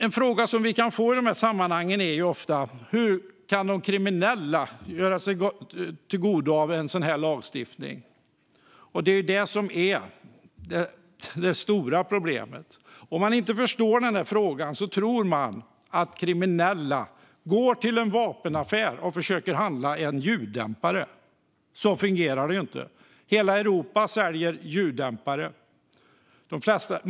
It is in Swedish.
En fråga som vi ofta kan få i dessa sammanhang är hur de kriminella kan tillgodogöra sig en sådan här lagstiftning. Det är det som är det stora problemet. Om man inte förstår den frågan tror man att kriminella går till en vapenaffär och försöker handla en ljuddämpare. Så fungerar det inte. Hela Europa säljer ljuddämpare.